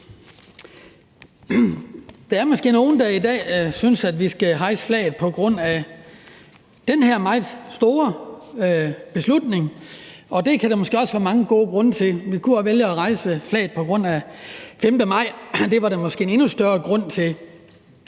Der er måske nogle, der i dag synes, vi skal hejse flaget på grund af den her meget store beslutning, og det kan der måske også være mange gode grunde til. Vi kunne også vælge at hejse flaget på grund af den 5. maj – det var der måske endnu større grund til.